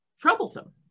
troublesome